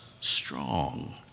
strong